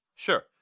Sure